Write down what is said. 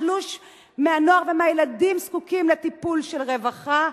שליש מהנוער ומהילדים זקוקים לטיפול של רווחה.